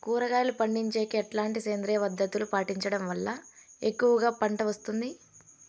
కూరగాయలు పండించేకి ఎట్లాంటి సేంద్రియ పద్ధతులు పాటించడం వల్ల ఎక్కువగా పంట వస్తుంది?